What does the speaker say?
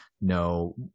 no